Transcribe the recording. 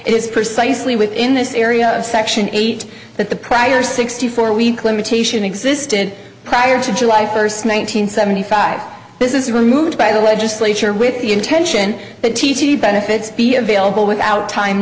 is precisely within this area of section eight that the prior sixty four week limitation existed prior to july first one nine hundred seventy five this is removed by the legislature with the intention that t t benefits be available without time